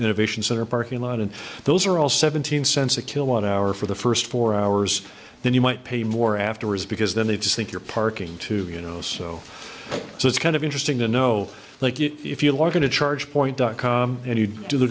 innovation center parking lot and those are all seventeen cents a kilowatt hour for the first four hours then you might pay more afterwards because then they just think you're parking too you know so it's kind of interesting to know like it if you like going to charge point dot com and you do